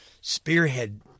spearhead